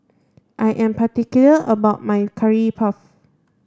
I am particular about my curry puff